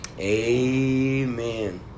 Amen